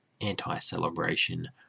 anti-celebration